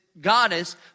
goddess